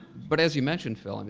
but as you mentioned phil, i mean